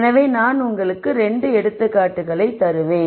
எனவே நான் உங்களுக்கு 2 எடுத்துக்காட்டுகளைத் தருவேன்